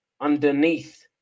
underneath